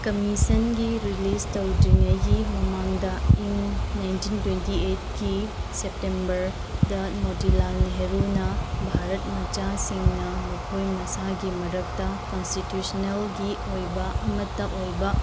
ꯀꯝꯃꯨꯁꯟꯒꯤ release ꯇꯧꯗ꯭ꯔꯤꯉꯩꯒꯤ ꯃꯃꯥꯡꯗ in nineteen twenty ꯑꯩꯠꯀꯤ ꯁꯦꯞꯇꯦꯝꯕꯔꯗ ꯃꯣꯇꯤꯂꯥꯜ ꯅꯦꯍꯦꯔꯨꯅ ꯚꯥꯔꯠ ꯃꯆꯥꯁꯤꯡꯅ ꯃꯈꯣꯏ ꯃꯁꯥꯒꯤ ꯃꯔꯛꯇ ꯀꯟꯁꯇꯤꯇ꯭ꯌꯨꯁꯅꯦꯜꯒꯤ ꯑꯣꯏꯕ ꯑꯃꯠꯇ ꯑꯣꯏꯕ